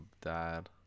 dad